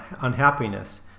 unhappiness